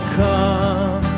come